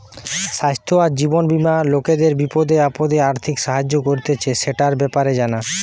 স্বাস্থ্য আর জীবন বীমা লোকদের বিপদে আপদে আর্থিক সাহায্য করতিছে, সেটার ব্যাপারে জানা